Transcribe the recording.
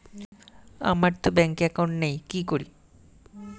আমারতো ব্যাংকে একাউন্ট নেই কি করি?